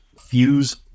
fuse